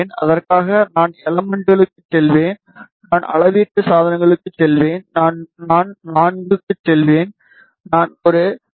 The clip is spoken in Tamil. அதற்காக நான் எலமென்ட்களுக்குச் செல்வேன் நான் அளவீட்டு சாதனங்களுக்குச் செல்வேன் நான் IV க்குச் செல்வேன் நான் ஒரு டி